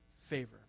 favor